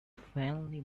faintly